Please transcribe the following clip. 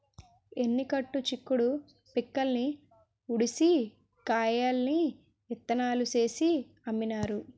ఎన్ని కట్టు చిక్కుడు పిక్కల్ని ఉడిసి కాయల్ని ఇత్తనాలు చేసి అమ్మినారు